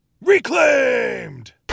Reclaimed